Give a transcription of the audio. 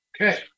Okay